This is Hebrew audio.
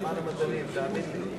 למען המדענים, תאמין לי.